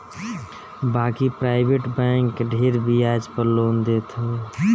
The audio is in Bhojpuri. बाकी प्राइवेट बैंक ढेर बियाज पअ लोन देत हवे